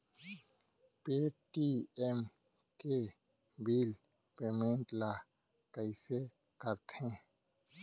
Paytm के bill payment ल कइसे करथे?